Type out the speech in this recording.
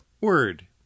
word